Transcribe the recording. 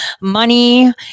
money